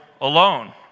alone